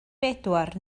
bedwar